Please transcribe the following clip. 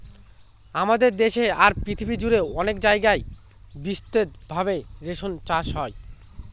আমাদের দেশে আর পৃথিবী জুড়ে অনেক জায়গায় বিস্তৃত ভাবে রেশম চাষ হয়